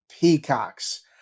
peacocks